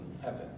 heaven